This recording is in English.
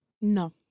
No